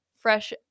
fresh